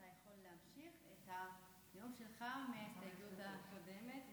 אתה יכול להמשיך את הטיעון שלך מההסתייגות הקודמת.